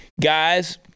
Guys